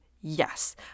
yes